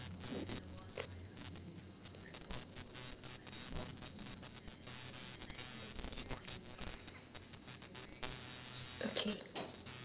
okay